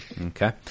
Okay